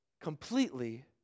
completely